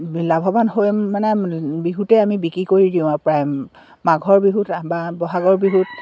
লাভৱান হৈ মানে বিহুতে আমি বিক্ৰী কৰি দিওঁ আৰু প্ৰায় মাঘৰ বিহুত বা বহাগৰ বিহুত